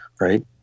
Right